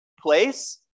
place